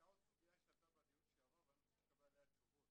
הייתה סוגיה שעלתה בדיון הקודם ואשמח לקבל תשובות לגביה.